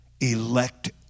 elect